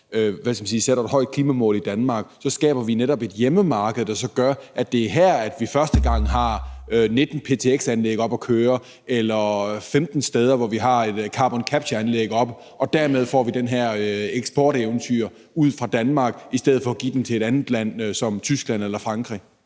sætter et højt et klimamål i Danmark, skaber vi netop et hjemmemarked, der gør, at det er her, vi første gang har 19 ptx-anlæg oppe at køre eller 15 carbon capture-anlæg oppe at køre, og dermed får vi det her eksporteventyr ud fra Danmark i stedet for at give det til et andet land som Tyskland eller Frankrig?